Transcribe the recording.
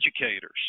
educators